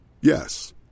Yes